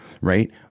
right